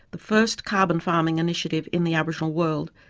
the first carbon farming initiative in the aboriginal world,